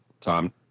Tom